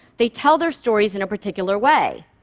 they tell their stories in a particular way.